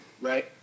right